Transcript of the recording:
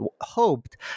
hoped